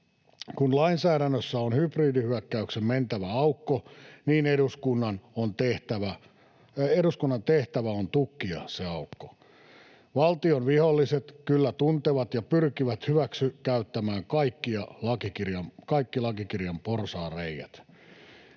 Kun lainsäädännössä on hybridihyökkäyksen mentävä aukko, niin eduskunnan tehtävä on tukkia se aukko. Valtion viholliset kyllä tuntevat ja pyrkivät hyväksi käyttämään kaikki lakikirjan porsaanreiät.